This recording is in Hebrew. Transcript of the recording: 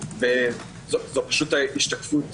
זאת השתקפות